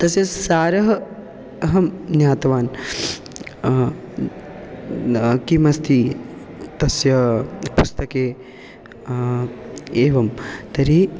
तस्य सारः अहं ज्ञातवान् न किमस्ति तस्य पुस्तके एवं तर्हि